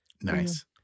Nice